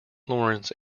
lawrence